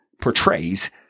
portrays